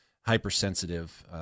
hypersensitive